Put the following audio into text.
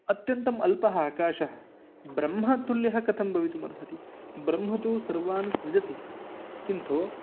अत्यन्तम् अल्पः आकाशः ब्रह्मातुल्यः कथं भवितुमर्हति ब्रह्मः तु सर्वान् सृजति किन्तु